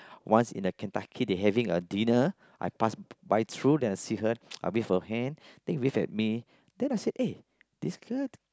once in a Kentucky they having a dinner I pass by through then I see her I wave her hand then he wave at me then I say eh this girl